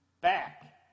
back